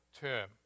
term